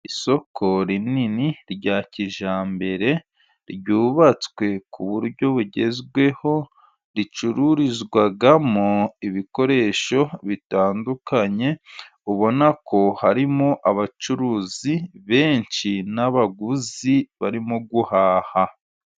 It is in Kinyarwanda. Isoko rinini rya kijyambere ryubatswe ku buryo bugezweho, ricururizwamo ibikoresho bitandukanye ubona ko harimo abacuruzi benshi n'abaguzi barimo guhaha.